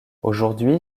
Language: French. aujourd’hui